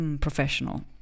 professional